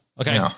Okay